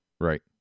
Right